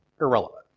irrelevant